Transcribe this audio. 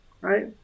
right